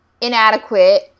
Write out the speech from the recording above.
inadequate